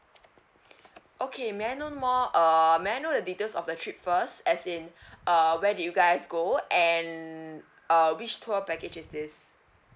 okay may I know more err may I know the details of the trip first as in uh where did you guys go and uh which tour package is this